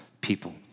people